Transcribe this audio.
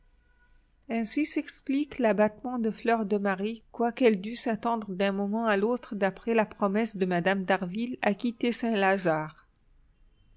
ainsi s'explique l'abattement de fleur de marie quoiqu'elle dût s'attendre d'un moment à l'autre d'après la promesse de mme d'harville à quitter saint-lazare